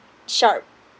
sharp